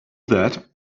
that